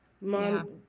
Mom